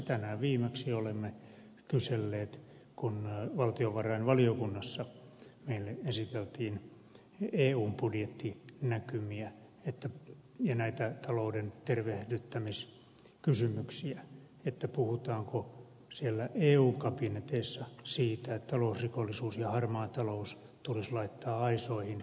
tänään viimeksi olemme kyselleet kun valtiovarainvaliokunnassa meille esiteltiin eun budjettinäkymiä ja näitä talouden tervehdyttämiskysymyksiä puhutaanko siellä eun kabineteissa siitä että talousrikollisuus ja harmaa talous tulisi laittaa aisoihin